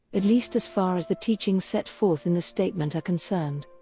at least as far as the teachings set forth in the statement are concerned.